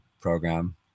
program